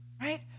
right